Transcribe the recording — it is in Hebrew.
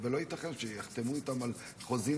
ולא ייתכן שיחתימו אותם על חוזים,